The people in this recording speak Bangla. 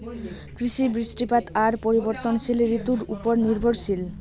কৃষি, বৃষ্টিপাত আর পরিবর্তনশীল ঋতুর উপর নির্ভরশীল